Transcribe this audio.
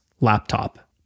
laptop